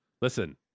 Listen